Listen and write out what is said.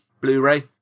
blu-ray